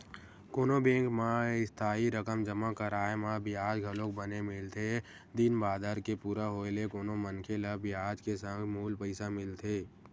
कोनो बेंक म इस्थाई रकम जमा कराय म बियाज घलोक बने मिलथे दिन बादर के पूरा होय ले कोनो मनखे ल बियाज के संग मूल पइसा मिलथे